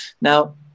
now